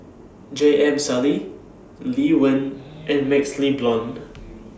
J M Sali Lee Wen and MaxLe Blond